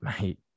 mate